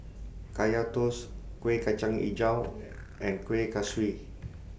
Kaya Toast Kueh Kacang Hijau and Kuih Kaswi